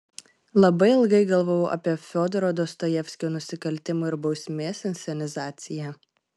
labai ilgai galvojau apie fiodoro dostojevskio nusikaltimo ir bausmės inscenizaciją